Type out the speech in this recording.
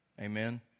Amen